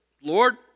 Lord